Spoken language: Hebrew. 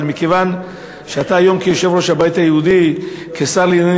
אבל מכיוון שאתה היום יושב-ראש הבית היהודי והשר לענייני